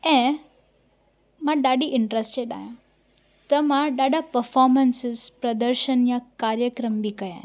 ऐं मां ॾाढी इंट्रस्टिड आहियां त मां ॾाढा पफोमेंसिस प्रदर्शन य कार्यक्रम बि कया आहिनि